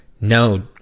No